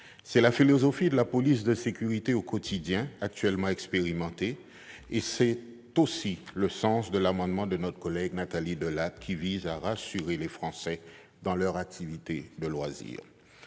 C'est la philosophie de la « police de sécurité du quotidien », qui est actuellement expérimentée. C'est aussi le sens de l'amendement de notre collègue Nathalie Delattre, qui vise à rassurer les Français dans leurs activités de loisir.